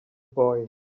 boy